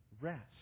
rest